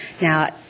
Now